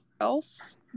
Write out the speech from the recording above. else